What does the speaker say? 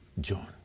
John